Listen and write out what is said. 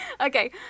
Okay